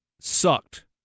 sucked